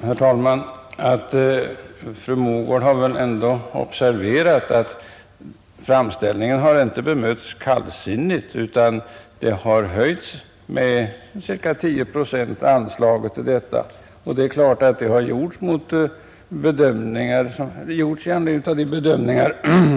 Herr talman! Fru Mogård har väl ändå observerat att framställningen inte har bemötts kallsinnigt. Anslaget har höjts med ca 10 procent, vilket givetvis har skett efter de bedömningar